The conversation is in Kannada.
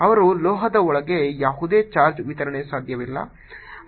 ಅವರು ಲೋಹದ ಒಳಗೆ ಯಾವುದೇ ಚಾರ್ಜ್ ವಿತರಣೆ ಸಾಧ್ಯವಿಲ್ಲ